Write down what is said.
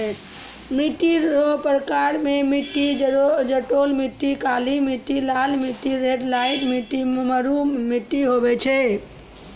मिट्टी रो प्रकार मे मट्टी जड़ोल मट्टी, काली मट्टी, लाल मट्टी, लैटराईट मट्टी, मरु मट्टी होय छै